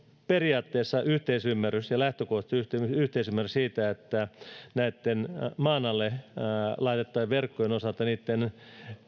periaatteessa yhteisymmärrys ja lähtökohtainen yhteisymmärrys siitä että näitten maan alle laitettavien verkkojen osalta niiden